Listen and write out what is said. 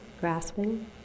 grasping